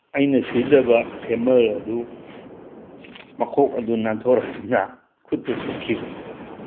ꯑꯩꯅ ꯁꯤꯗꯕ ꯐꯦꯃꯔ ꯑꯗꯨ ꯃꯈꯣꯛ ꯑꯗꯨ ꯅꯥꯟꯊꯣꯔꯛꯇꯨꯅ ꯈꯨꯠꯇ ꯁꯣꯛꯈꯤ